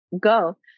go